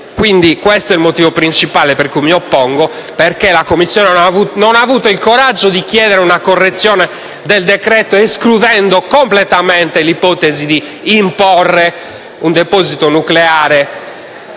Questo è il motivo principale per cui mi oppongo: perché la Commissione non ha avuto il coraggio di chiedere una correzione del decreto, escludendo completamente l'ipotesi di imporre un deposito nucleare,